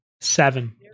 seven